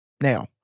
Now